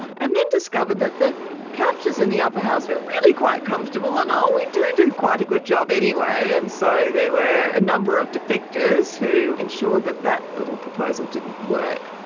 and then discovered that the couches in the upper house were really quite comfortable and, oh, we do do quite a good job anyway. and so there were a number of defectors who ensured that that little proposal didn't work.